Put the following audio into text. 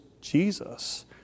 Jesus